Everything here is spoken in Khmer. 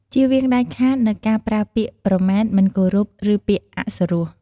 ជៀសវាងដាច់ខាតនូវការប្រើពាក្យប្រមាថ មិនគោរព ឬពាក្យ ពារី អសុរោះ។